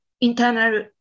internal